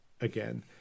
again